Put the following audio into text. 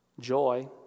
Joy